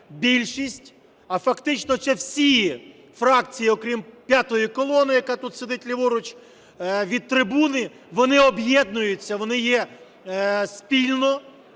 більшість, а фактично всі фракції, окрім "п'ятої колони", яка тут сидить ліворуч від трибуни, вони об'єднуються, вони є спільно